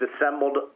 assembled